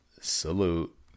Salute